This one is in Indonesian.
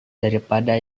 daripada